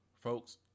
folks